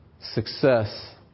success